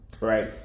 right